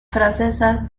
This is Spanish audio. francesa